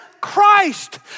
Christ